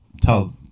tell